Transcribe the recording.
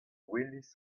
welis